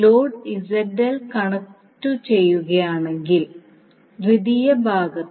load connect ചെയ്യുകയാണെങ്കിൽ ദ്വിതീയ ഭാഗത്ത്